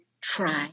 try